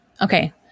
Okay